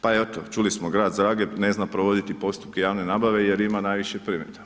Pa eto, čuli smo grad Zagreb ne zna provoditi postupke javne nabave jer ima najviše predmeta.